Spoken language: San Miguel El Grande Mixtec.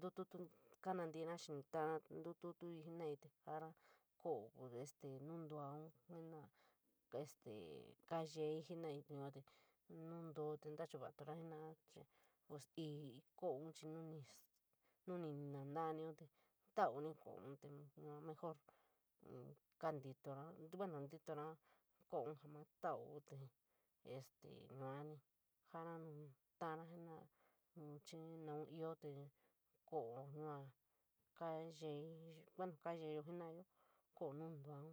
yuu keenti chií iniñ talara ñtotutií ñi jenara, este kolo este nunduu oun jenara este kayeii jenarú yua te mundo te nachutovaloru jenarara chií jii koloun chií nu ñti ñtonaara teu kayeii yua mejor kamintiro bueno kantiituo bouun jaa malo esta yaani sana nuñalara jenara nu xií naan foo te kolo yua kayeii, buuno kaayeyo penaiya, kolo nunduu.